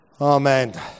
Amen